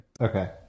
Okay